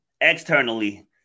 externally